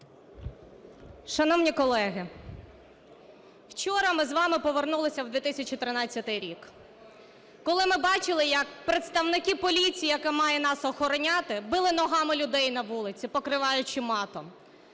Шановні колеги, вчора ми з вами повернулися в 2013 рік, коли ми бачили як представники поліції, яка має нас охороняти, били ногами людей на вулиці, покриваючи матом,